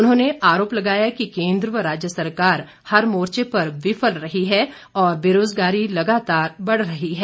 उन्होंने आरोप लगाया कि केंद्र व राज्य सरकार हर मोर्चे पर विफल रही है और बेरोजगारी लगातार बढ़ रही है